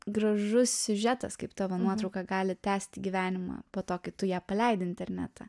gražus siužetas kaip tavo nuotrauka gali tęsti gyvenimą po to kai tu ją paleidi į internetą